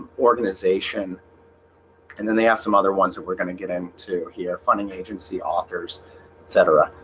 organization and then they have some other ones that we're gonna get into here funding agency authors etc.